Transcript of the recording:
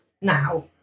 now